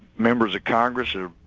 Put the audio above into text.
members of congress or ah.